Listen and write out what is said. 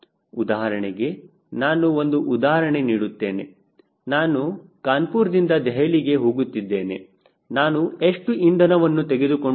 ಉದಾಹರಣೆಗೆ ನಾನು ಒಂದು ಉದಾಹರಣೆ ನೀಡುತ್ತೇನೆ ನಾನು ಕಾನ್ಪುರ್ ತಿಂದ ದೆಹಲಿಗೆ ಹೋಗುತ್ತಿದ್ದೇನೆ ನಾನು ಎಷ್ಟು ಇಂಧನವನ್ನು ತೆಗೆದುಕೊಂಡು ಹೋಗಬೇಕು